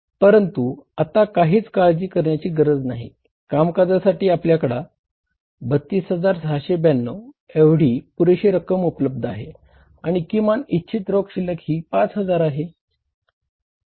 परंतु आता काहीच काळजी करण्याची गरज नाही कामकाजासाठी आपल्याकडे 32692 एवढी पुरेशी रकम उपलब्ध आहे आणि किमान इच्छित रोख शिल्लक ही 5000 आहे